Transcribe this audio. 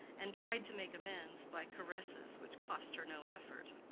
and tried to make amends by caresses which cost her no effort.